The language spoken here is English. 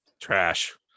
Trash